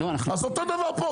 אותו דבר פה.